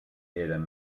eren